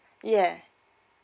yeah